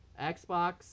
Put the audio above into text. Xbox